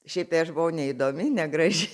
šiaip tai aš buvau neįdomi negraži